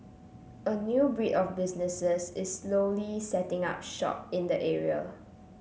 a new breed of businesses is slowly setting up shop in the area